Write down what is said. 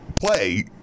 play